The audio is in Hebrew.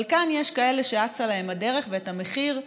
אבל כאן יש כאלה שאצה להם הדרך, ואת המחיר,